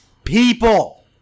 People